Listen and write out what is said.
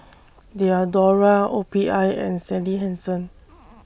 Diadora O P I and Sally Hansen